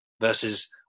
versus